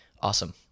awesome